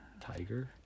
Tiger